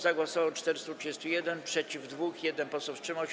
Za głosowało 431, przeciw - 2, 1 poseł wstrzymał się.